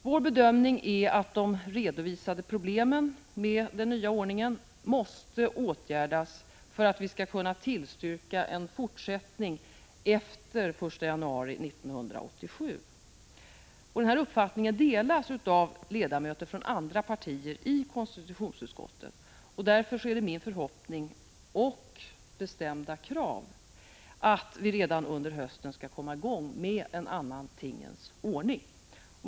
Vår bedömning är att de redovisade problemen med den nya ordningen måste åtgärdas för att vi skall kunna tillstyrka en fortsättning efter den 1 januari 1987. Denna uppfattning delas av ledamöter från andra partier i konstitutionsutskottet. Därför är det min förhoppning och mitt bestämda krav att vi redan under hösten skall komma i gång med en annan tingens ordning.